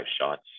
shots